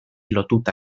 lotuta